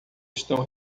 estão